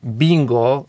bingo